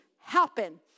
happen